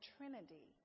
Trinity